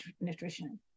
nutrition